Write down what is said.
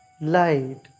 Light